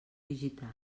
digital